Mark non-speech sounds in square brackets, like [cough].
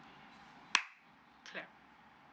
[noise] clap